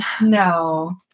No